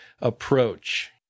approach